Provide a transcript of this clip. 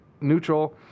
Neutral